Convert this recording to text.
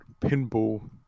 pinball